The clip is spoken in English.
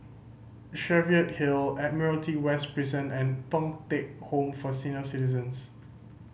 Cheviot Hill Admiralty West Prison and Thong Teck Home for Senior Citizens